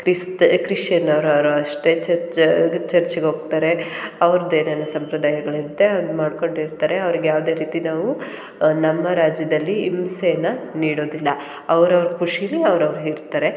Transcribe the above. Christ Christian ಅವ್ರು ಅವರೂ ಅಷ್ಟೇ ಚರ್ಚ್ ಚರ್ಚಿಗೆ ಹೋಗ್ತಾರೆ ಅವ್ರ್ದು ಏನೇನೋ ಸಂಪ್ರದಾಯಗಳು ಇರುತ್ತೆ ಅದ್ನ ಮಾಡ್ಕೊಂಡು ಇರ್ತಾರೆ ಅವ್ರ್ಗೆ ಯಾವುದೇ ರೀತಿ ನಾವು ನಮ್ಮ ರಾಜ್ಯದಲ್ಲಿ ಹಿಂಸೆಯನ್ನ ನೀಡೋದಿಲ್ಲ ಅವ್ರವ್ರ ಖುಷೀಲಿ ಅವ್ರವ್ರು ಇರ್ತಾರೆ